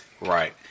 Right